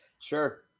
Sure